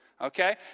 Okay